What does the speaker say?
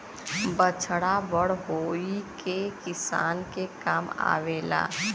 बछड़ा बड़ होई के किसान के काम आवेला